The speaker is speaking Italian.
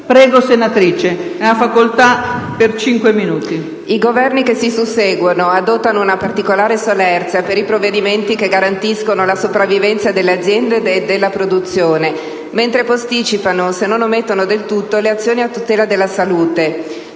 *(Misto)*. Signora Presidente, i Governi che si susseguono adottano una particolare solerzia per i provvedimenti che garantiscono la sopravvivenza delle aziende e della produzione, mentre posticipano, se non omettono del tutto, le azioni a tutela della salute.